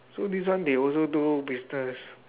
so this one they also do business